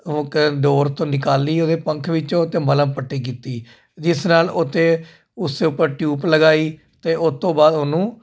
ਓਹ ਡੋਰ ਤੋਂ ਨਿਕਾਲੀ ਉਹਦੇ ਪੰਖ ਵਿੱਚੋਂ ਅਤੇ ਮੱਲਮ ਪੱਟੀ ਕੀਤੀ ਜਿਸ ਨਾਲ ਉੱਥੇ ਉਸ ਉੱਪਰ ਟਿਊਪ ਲਗਾਈ ਅਤੇ ਉਸ ਤੋਂ ਬਾਅਦ ਉਹਨੂੰ